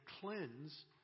cleanse